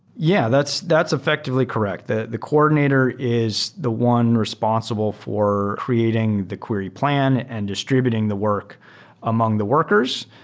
yeah, that's that's effectively correct. the the coordinator is the one responsible for creating the query plan and distributing the work among the workers.